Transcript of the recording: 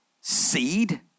seed